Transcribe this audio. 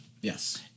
Yes